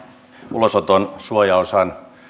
ulosoton suojaosan